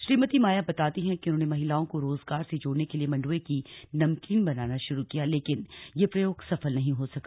श्रीमती माया बताती हैं कि उन्होंने महिलाओं का रोजगार से जोड़ने के लिए मंडुए की नमकीन बनाना शुरू किया लेकिन यह प्रयोग सफल नही हो सका